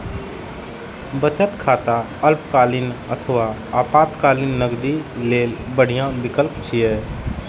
बचत खाता अल्पकालीन अथवा आपातकालीन नकदी लेल बढ़िया विकल्प छियै